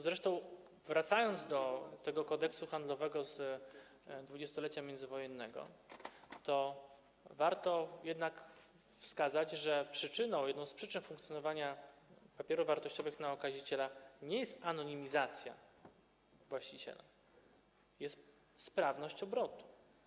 Zresztą wracając do tego Kodeksu handlowego z dwudziestolecia międzywojennego, warto jednak wskazać, że jedną z przyczyn funkcjonowania papierów wartościowych na okaziciela nie jest anonimizacja właściciela, jest sprawność obrotu.